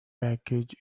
package